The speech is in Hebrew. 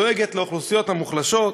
דואגת לאוכלוסיות המוחלשות.